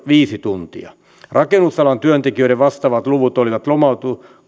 viisi tuntia rakennusalan työntekijöiden vastaavat luvut olivat lomautuksien